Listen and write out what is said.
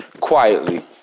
quietly